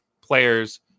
players